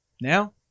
Now